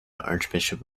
archbishop